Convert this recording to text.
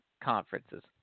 conferences